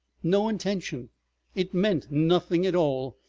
no intention it meant nothing at all.